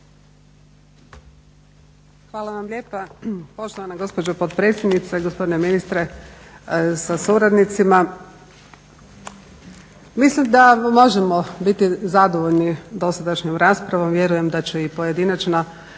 Hvala vam lijepa poštovana gospođo potpredsjednice, gospodine ministre sa suradnicima. Mislim da možemo biti zadovoljni dosadašnjom raspravom. Vjerujem da će i pojedinačna